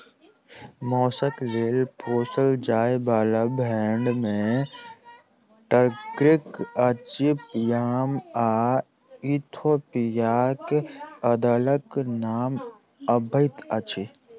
मौसक लेल पोसल जाय बाला भेंड़ मे टर्कीक अचिपयाम आ इथोपियाक अदलक नाम अबैत अछि